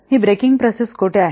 ही breaking process कोठे आहे